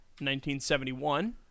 1971